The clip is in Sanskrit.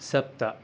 सप्त